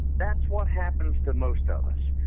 that's what happens to most of us.